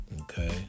okay